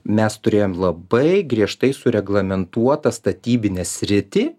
mes turėjom labai griežtai sureglamentuotą statybinę sritį